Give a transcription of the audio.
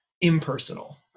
impersonal